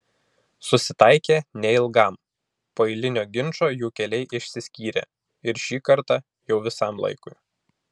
susitaikė neilgam po eilinio ginčo jų keliai išsiskyrė ir šį kartą jau visam laikui